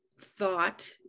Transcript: Thought